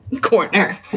Corner